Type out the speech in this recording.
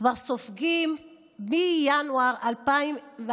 כבר סופגים מינואר 2001,